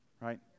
right